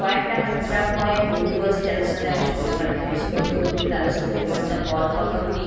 কয়েকটা আমার গোটা কয়েক বন্ধু আছে যাদের সাথে আমি সময় কাটাতে বেশি পছন্দ করি তাদের সাথে ওভার দা কল কথা বলি